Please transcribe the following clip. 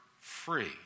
free